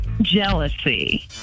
Jealousy